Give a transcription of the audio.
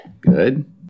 Good